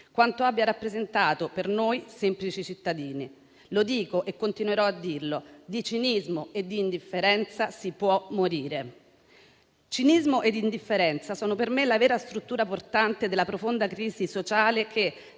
quanto abbia rappresentato per noi, semplici cittadini. Lo dico e continuerò a dirlo: di cinismo e indifferenza si può morire. Cinismo e indifferenza sono per me la vera struttura portante della profonda crisi sociale che,